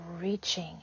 reaching